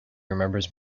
remembers